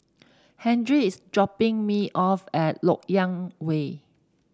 Henri is dropping me off at LoK Yang Way